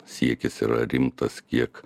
siekis yra rimtas kiek